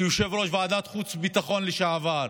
כיושב-ראש ועדת חוץ וביטחון לשעבר,